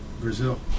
Brazil